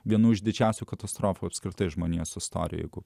vienu iš didžiausių katastrofų apskritai žmonijos istorija jeigu